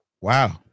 Wow